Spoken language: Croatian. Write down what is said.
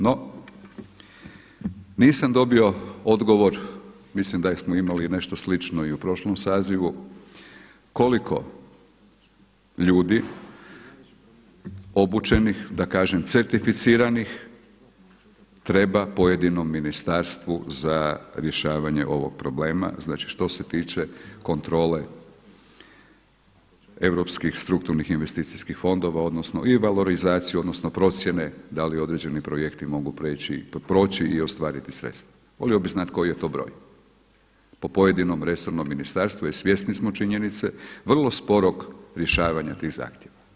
No, nisam dobio odgovor mislim da smo imali nešto slično i u prošlom sazivu, koliko ljudi obučenih da kažem certificiranih treba pojedinom ministarstvu za rješavanje ovog problema, znači što se tiče kontrole europskih strukturnih investicijskih fondova odnosno i valorizaciju odnosno procjene da li određeni projekti mogu proći i ostvariti sredstva, volio bih znati koji je to broj po pojedinom resornom ministarstvu jer svjesni smo činjenice vrlo sporog rješavanja tih zahtjeva.